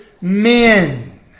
men